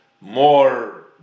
more